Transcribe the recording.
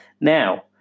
Now